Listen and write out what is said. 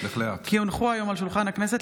כי הונחו היום על שולחן הכנסת,